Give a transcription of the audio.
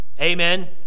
Amen